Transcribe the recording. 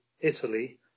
Italy